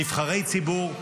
נבחרי ציבור,